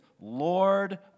Lord